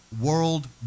World